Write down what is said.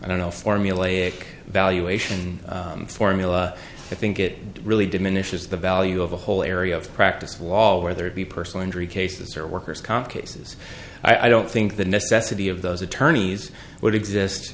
i don't know formulaic valuation formula i think it really diminishes the value of the whole area of practice of law whether it be personal injury cases or worker's comp cases i don't think the necessity of those attorneys would exist